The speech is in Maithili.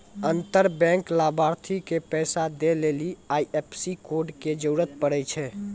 अंतर बैंक लाभार्थी के पैसा दै लेली आई.एफ.एस.सी कोड के जरूरत पड़ै छै